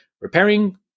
Repairing